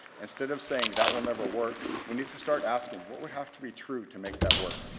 instead of saying, that will never work, we need to start asking, what would have to be true to make that work?